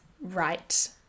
right